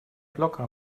locker